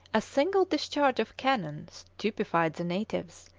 a single discharge of cannon stupefied the natives,